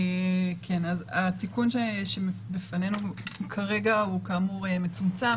התיקון שבפנינו כרגע הוא כאמור מצומצם,